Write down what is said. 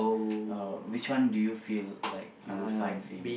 uh which one do you feel like you would find fame in